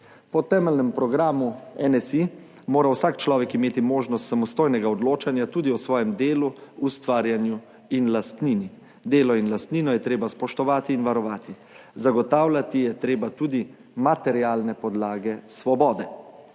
Po temeljnem programu NSi mora vsak človek imeti možnost samostojnega odločanja tudi o svojem delu, ustvarjanju in lastnini. Delo in lastnino je treba spoštovati in varovati. Zagotavljati je treba tudi materialne podlage svobode.